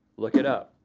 look it up.